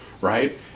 right